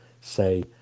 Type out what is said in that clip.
say